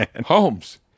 Holmes